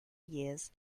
years